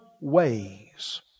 ways